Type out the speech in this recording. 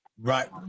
right